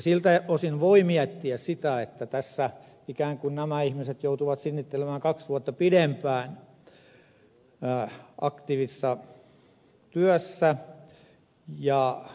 siltä osin voi miettiä sitä että tässä ikään kuin nämä ihmiset joutuvat sinnittelemään kaksi vuotta pidempään aktiivisessa työssä